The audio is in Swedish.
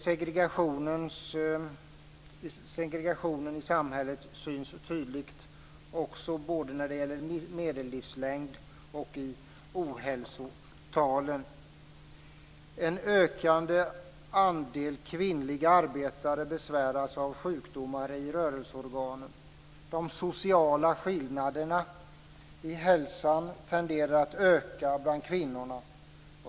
Segregationen i samhället syns tydligt både när det gäller medellivslängd och ohälsotalen. En ökande andel kvinnliga arbetare besväras av sjukdomar i rörelseorganen. De sociala skillnaderna i hälsan tenderar att öka bland kvinnorna.